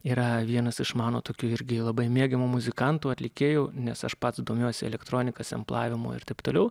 yra vienas iš mano tokių irgi labai mėgiamų muzikantų atlikėjų nes aš pats domiuosi elektronika semplavimu ir taip toliau